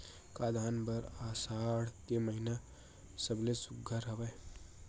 का धान बर आषाढ़ के महिना सबले सुघ्घर हवय?